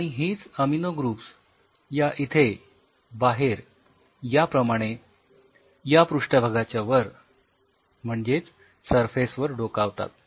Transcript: आणि हीच amino groups या इथे बाहेर याप्रमाणे या पृष्ठभागाच्या वर म्हणजेच सरफेस वर डोकावतात